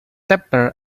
tepper